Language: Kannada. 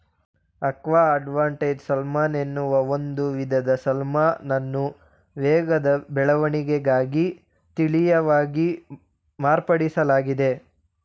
ಆಕ್ವಾ ಅಡ್ವಾಂಟೇಜ್ ಸಾಲ್ಮನ್ ಎನ್ನುವ ಒಂದು ವಿಧದ ಸಾಲ್ಮನನ್ನು ವೇಗದ ಬೆಳವಣಿಗೆಗಾಗಿ ತಳೀಯವಾಗಿ ಮಾರ್ಪಡಿಸ್ಲಾಗಿದೆ